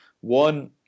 One